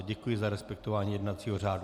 Děkuji za respektování jednacího řádu.